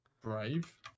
Brave